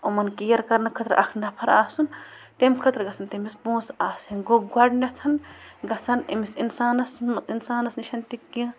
یِمَن کِیَر کَرنہٕ خٲطرٕ اَکھ نَفَر آسُن تٔمۍ خٲطرٕ گژھَن تٔمِس پونٛسہٕ آسٕنۍ گوٚو گۄڈٕنٮ۪تھ گژھَن أمِس اِنسانَس اِنسانَس نِشَن تہِ کیٚنٛہہ